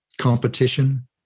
competition